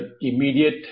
immediate